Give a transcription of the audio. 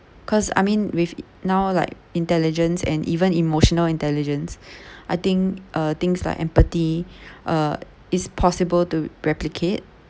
cause I mean with now like intelligence and even emotional intelligence I think uh things like empathy uh it's possible to replicate